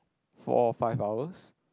four or five hours